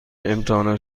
امتحانات